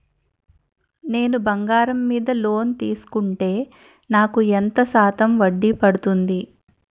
నేను బంగారం మీద లోన్ తీసుకుంటే నాకు ఎంత శాతం వడ్డీ పడుతుంది?